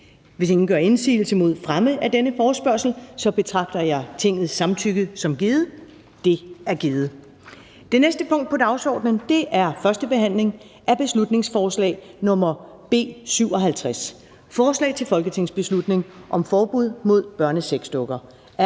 Hvis ingen gør indsigelse mod fremme af denne forespørgsel, betragter jeg Tingets samtykke som givet. Det er givet. --- Det næste punkt på dagsordenen er: 2) 1. behandling af beslutningsforslag nr. B 57: Forslag til folketingsbeslutning om forbud mod børnesexdukker.